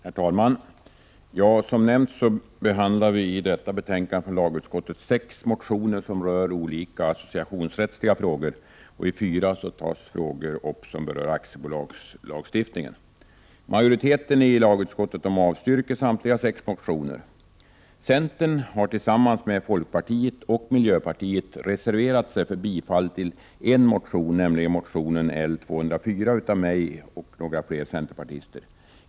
Herr talman! Som nämnts behandlar vi i detta betänkande från lagutskottet sex motioner som rör olika associationsrättsliga frågor. I fyra av dem tas frågor upp som berör aktiebolagslagstiftningen. Majoriteten i lagutskottet avstyrker samtliga sex motioner. Centern har tillsammans med folkpartiet och miljöpartiet reserverat sig för bifall till en motion, nämligen L204 av mig och några fler centerpartister.